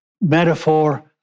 metaphor